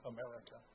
America